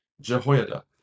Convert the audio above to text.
Jehoiada